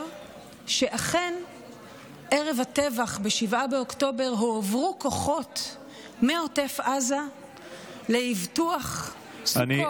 שאכן ערב הטבח ב-7 באוקטובר הועברו כוחות מעוטף עזה לאבטוח סוכות.